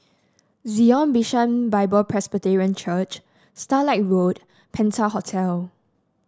Zion Bishan Bible Presbyterian Church Starlight Road Penta Hotel